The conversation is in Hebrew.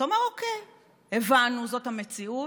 אז אתה אומר: אוקיי, הבנו, זאת המציאות.